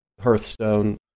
Hearthstone